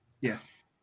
Yes